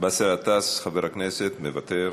באסל גטאס, חבר הכנסת מוותר,